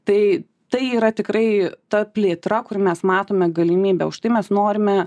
tai tai yra tikrai ta plėtra kur mes matome galimybę už tai mes norime